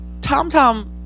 TomTom